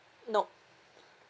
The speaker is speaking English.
nop